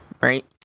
right